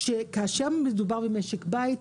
שכאשר מדובר במשק בית,